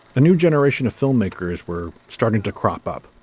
a new generation of filmmakers were starting to crop up.